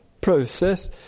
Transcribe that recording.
process